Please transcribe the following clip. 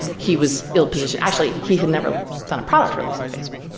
he was ill-position actually, he had never done a product release in facebook.